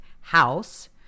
House